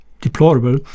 deplorable